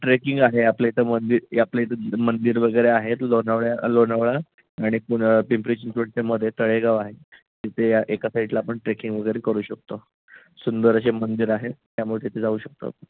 trekking आहे आपल्या इथं मंदिर आपल्या इथं मंदिर वगैरे आहेत लोणावळ्या लोणावळा आणि पुन्हा पिंपळी चिंचवडच्या मध्ये तळेगाव आहे तिथे या एका साईडला आपण ट्रेकिंग वगैरे करू शकतो सुंदर असे मंदिर आहे त्यामुळे तिथे जाऊ शकतो